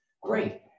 great